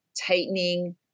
tightening